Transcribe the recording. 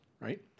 right